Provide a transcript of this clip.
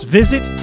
visit